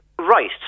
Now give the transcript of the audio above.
Right